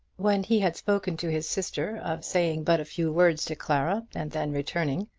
when he had spoken to his sister of saying but a few words to clara and then returning,